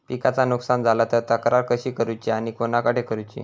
पिकाचा नुकसान झाला तर तक्रार कशी करूची आणि कोणाकडे करुची?